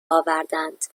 آوردند